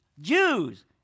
Jews